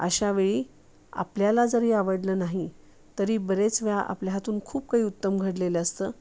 अशा वेळी आपल्याला जरी आवडलं नाही तरी बरेच वेळा आपल्या हातून खूप काही उत्तम घडलेलं असतं